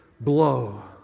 blow